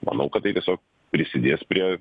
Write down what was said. manau kad tai tiesio prisidės prie